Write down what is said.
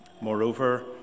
Moreover